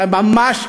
אתה ממש,